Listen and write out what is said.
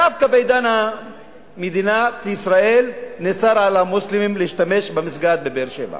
דווקא בעידן מדינת ישראל נאסר על המוסלמים להשתמש במסגד בבאר-שבע.